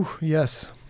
yes